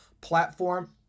platform